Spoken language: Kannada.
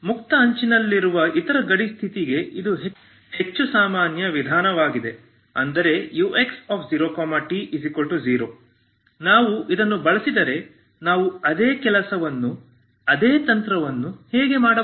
ಮುಕ್ತ ಅಂಚಿನಲ್ಲಿರುವ ಇತರ ಗಡಿ ಸ್ಥಿತಿಗೆ ಇದು ಹೆಚ್ಚು ಸಾಮಾನ್ಯ ವಿಧಾನವಾಗಿದೆ ಅಂದರೆ ux0t0 ನಾವು ಇದನ್ನು ಬಳಸಿದರೆ ನಾವು ಅದೇ ಕೆಲಸವನ್ನು ಅದೇ ತಂತ್ರವನ್ನು ಹೇಗೆ ಮಾಡಬಹುದು